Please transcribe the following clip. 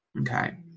Okay